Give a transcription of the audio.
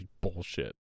bullshit